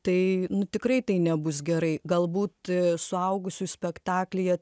tai nu tikrai tai nebus gerai galbūt suaugusiųjų spektaklyje